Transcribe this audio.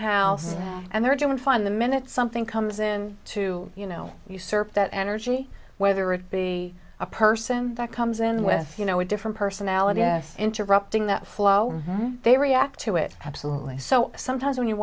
house and they're doing fine the minute something comes in to you know usurp that energy whether it be a person that comes in with you know a different personality yes interrupting that flow they react to it absolutely so sometimes when you